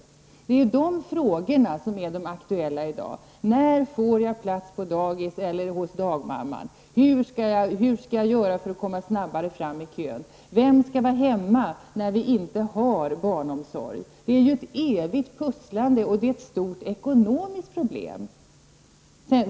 Det är sådana frågor som är aktuella i dag, eller när får jag plats på daghemmet eller hos dagmamman, hur skall jag göra för att komma snabbare fram i kön, vem skall vara hemma när vi inte har barnomsorg? Det är ju ett evigt pusslande och ett stort ekonomiskt problem.